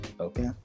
okay